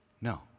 No